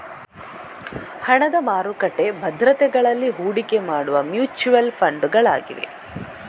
ಹಣದ ಮಾರುಕಟ್ಟೆ ಭದ್ರತೆಗಳಲ್ಲಿ ಹೂಡಿಕೆ ಮಾಡುವ ಮ್ಯೂಚುಯಲ್ ಫಂಡುಗಳಾಗಿವೆ